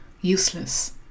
Useless